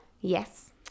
Yes